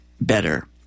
better